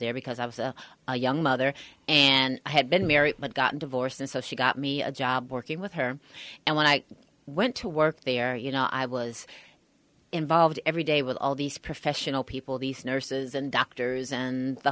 there because i was a young mother and i had been married but got a divorce and so she got me a job working with her and when i went to work there you know i was involved every day with all these professional people these nurses and doctors and the